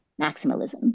maximalism